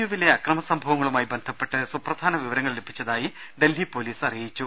യുവിലെ അക്രമസംഭവങ്ങളുമായി ബന്ധപ്പെട്ട് സൂപ്രധാന വിവിരങ്ങൾ ലഭിച്ചതായി ഡൽഹി പൊലീസ് അറിയിച്ചു